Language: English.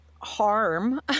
harm